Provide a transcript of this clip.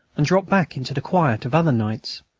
and drop back into the quiet of other nights.